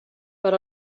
per